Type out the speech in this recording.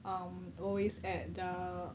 um always at the